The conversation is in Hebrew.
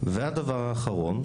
והדבר האחרון,